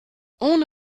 ohne